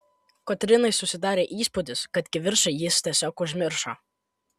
kotrynai susidarė įspūdis kad kivirčą jis tiesiog užmiršo